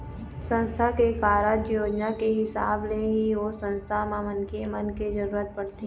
संस्था के कारज योजना के हिसाब ले ही ओ संस्था म मनखे मन के जरुरत पड़थे